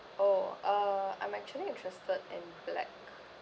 oh uh I'm actually interested in black